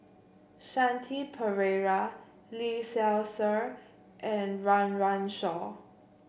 Shanti Pereira Lee Seow Ser and Run Run Shaw